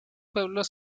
pueblos